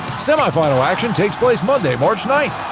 semifinal action takes place monday, march ninth,